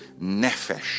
nefesh